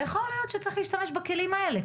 יכול להיות שצריך להשתמש בכלים האלה,